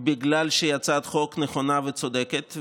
בגלל שהיא הצעת חוק נכונה וצודקת.